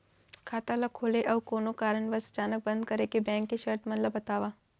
खाता ला खोले अऊ कोनो कारनवश अचानक बंद करे के, बैंक के शर्त मन ला बतावव